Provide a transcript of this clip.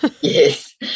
Yes